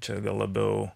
čia gal labiau